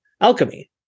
Alchemy